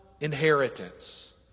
inheritance